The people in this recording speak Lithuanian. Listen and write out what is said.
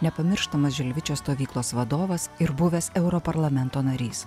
nepamirštamas žilvičio stovyklos vadovas ir buvęs europarlamento narys